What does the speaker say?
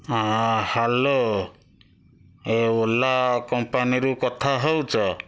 ହଁ ହ୍ୟାଲୋ ଏ ଓଲା କମ୍ପାନିରୁ କଥା ହେଉଛ